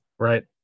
Right